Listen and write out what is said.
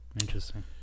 Interesting